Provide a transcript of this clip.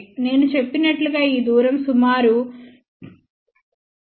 నేను చెప్పినట్లుగా ఈ దూరం సుమారు 10 cm